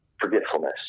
forgetfulness